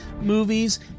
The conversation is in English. movies